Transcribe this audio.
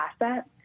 asset